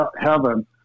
heaven